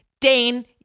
Dane